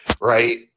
right